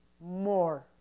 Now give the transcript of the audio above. more